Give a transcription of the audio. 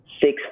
Six